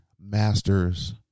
Masters